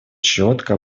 четко